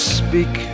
speak